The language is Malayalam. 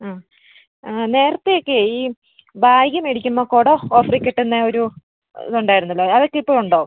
ആ നേരത്തൊക്കെ ഈ ബാഗ് മേടിക്കുമ്പോൾ കുട ഓഫറിൽ കിട്ടുന്ന ഒരു ഇത് ഉണ്ടായിരുന്നല്ലോ അതൊക്കെ ഇപ്പോൾ ഉണ്ടോ